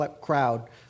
crowd